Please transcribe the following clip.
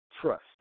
Trust